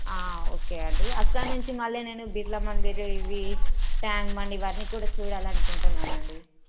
okay అండి అక్కడి నుంచి మళ్ళీ నేను బిర్లా మందిర్ ఇవి ట్యాంక్ బండ్ ఇవన్నీ కూడా చూడాలి అనుకుంటున్నాను అండి